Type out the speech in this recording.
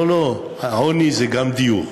לא, לא, העוני זה גם דיור,